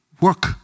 Work